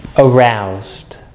aroused